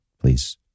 please